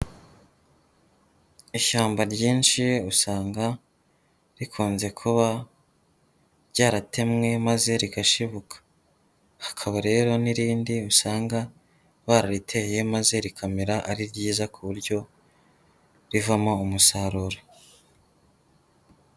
Ishyamba ryinshi usanga rikunze kuba ryaratemwe maze rigashibuka, hakaba rero n'irindi usanga barariteye maze rikamera ari ryiza ku buryo rivamo umusaruro.